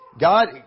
God